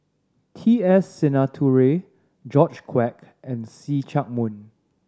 T S Sinnathuray George Quek and See Chak Mun